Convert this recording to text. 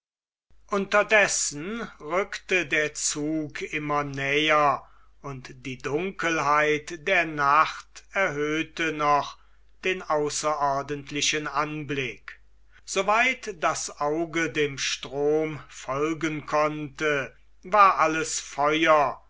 unterdessen rückte der zug immer näher und die dunkelheit der nacht erhöhte noch den außerordentlichen anblick so weit das auge dem strom folgen konnte war alles feuer